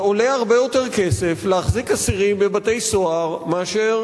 עולה הרבה יותר כסף להחזיק אסירים בבתי-סוהר מאשר